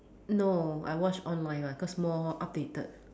no I watch online [one] cause more updated